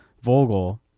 Vogel